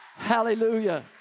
Hallelujah